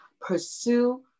pursue